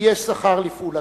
כי יש שכר לפעלתך".